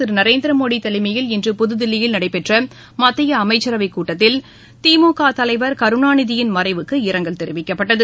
திருநரேந்திரமோடதலைமையில் பிரதமர் இன்று புதுதில்லியில் நடைபெற்றமத்தியஅமைச்சரவைக் கூட்டத்தில் திமுக தலைவர் கருணாநிதியின் மறைவுக்கு இரங்கல் தெரிவிக்கப்பட்டது